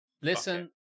Listen